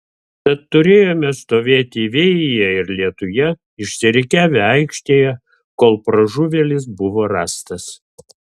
tad turėjome stovėti vėjyje ir lietuje išsirikiavę aikštėje kol pražuvėlis buvo rastas